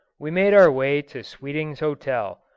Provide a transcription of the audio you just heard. we made our way to sweeting's hotel,